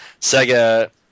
Sega